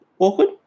Awkward